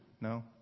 No